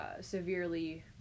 severely